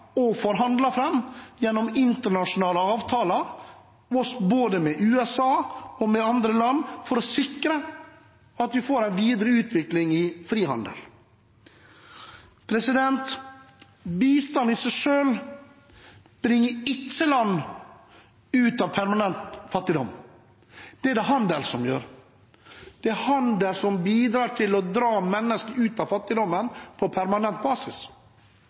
og forhandlet fram gjennom internasjonale avtaler – både med USA og med andre land – for å sikre at vi får en videre utvikling innen frihandel. Bistand i seg selv bringer ikke land ut av permanent fattigdom, det er det handel som gjør. Det er handel som bidrar til å dra mennesker ut av fattigdommen på permanent basis.